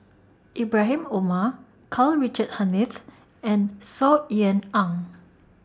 Ibrahim Omar Karl Richard Hanitsch and Saw Ean Ang